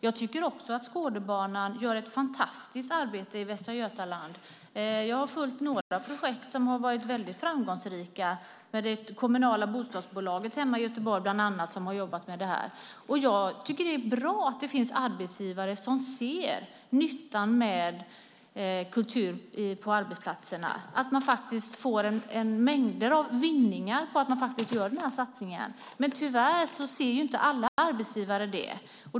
Jag tycker också att Skådebanan gör ett fantastiskt arbete i Västra Götaland. Jag har följt några projekt som har varit väldigt framgångsrika. Bland annat har det kommunala bostadsbolaget hemma i Göteborg jobbat med det här. Och jag tycker att det är bra att det finns arbetsgivare som ser nyttan med kultur på arbetsplatserna, att man faktiskt får mängder av vinningar på att man gör den här satsningen. Men tyvärr ser inte alla arbetsgivare det.